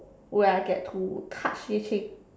when I get to touch Yue-Qing